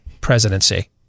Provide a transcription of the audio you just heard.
presidency